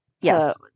Yes